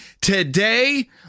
Today